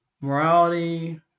morality